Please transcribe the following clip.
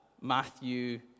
Matthew